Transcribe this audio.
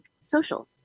social